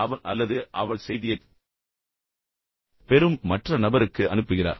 அவர் அல்லது அவள் செய்தியைப் பெறும் மற்ற நபருக்கு அனுப்புகிறார்